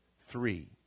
three